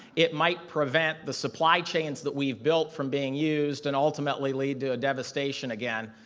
it might prevent the supply chains that we've built from being used and ultimately lead to a devastation, again,